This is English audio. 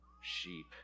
sheep